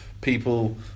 people